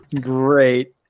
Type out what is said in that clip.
Great